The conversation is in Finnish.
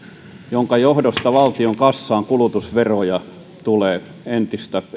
minkä johdosta valtion kassaan kulutusveroja tulee entistä